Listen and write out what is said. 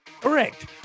Correct